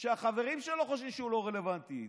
שהחברים שלו חושבים שהוא לא רלוונטי,